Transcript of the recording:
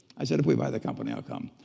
i said if we buy the company, i'll come.